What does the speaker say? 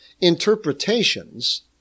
Interpretations